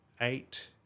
eight